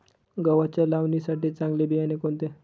गव्हाच्या लावणीसाठी चांगले बियाणे कोणते?